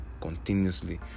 continuously